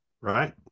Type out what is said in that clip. right